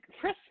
Chris